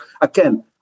again